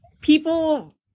people